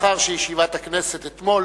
לאחר שישיבת הכנסת אתמול